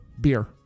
Beer